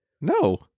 No